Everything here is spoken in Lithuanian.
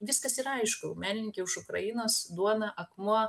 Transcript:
viskas yra aišku menininkė už ukrainos duona akmuo